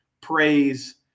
praise